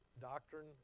doctrine